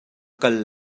kal